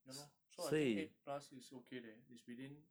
ya lor so I think eight plus is okay leh is within